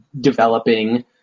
developing